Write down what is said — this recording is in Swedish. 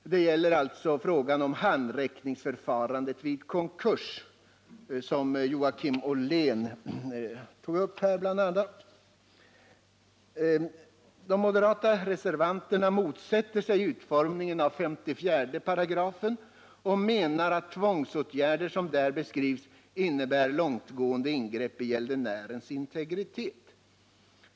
Den gäller frågan om handräckningsförfarandet vid konkurs, som bl.a. Joakim Ollén tog upp. De moderata reservanterna motsätter sig utformningen av 54 § och menar att de tvångsåtgärder som där beskrivs innebär långtgående ingrepp i gäldenärens integritet.